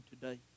today